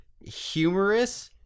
humorous